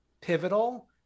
pivotal